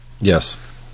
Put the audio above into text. Yes